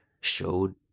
showed